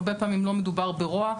הרבה פעמים לא מדובר ברוע,